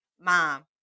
mom